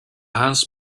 hans